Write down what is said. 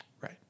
Right